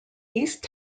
east